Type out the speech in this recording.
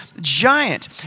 giant